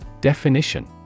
Definition